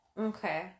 Okay